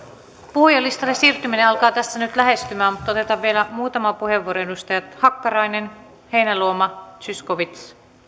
puhujalistalle siirtyminen alkaa tässä nyt lähestymään mutta otetaan vielä muutama puheenvuoro edustajat hakkarainen heinäluoma zyskowicz